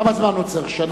כמה זמן הוא צריך, שנה?